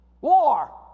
War